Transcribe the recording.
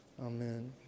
Amen